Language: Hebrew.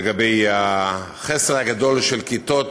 לגבי החסר הגדול של כיתות